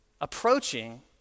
approaching